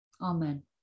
Amen